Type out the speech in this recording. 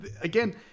again